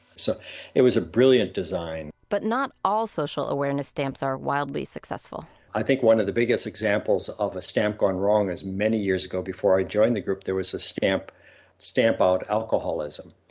so it was a brilliant design but not all social awareness stamps are wildly successful i think one of the biggest examples of a stamp gone wrong is many years ago before i joined the group, there was a stamp stamp out alcoholism.